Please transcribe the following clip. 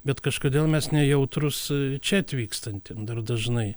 bet kažkodėl mes nejautrūs čia atvykstantiem dar dažnai